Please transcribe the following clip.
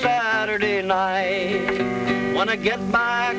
saturday and i want to get